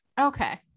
Okay